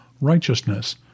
righteousness